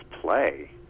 play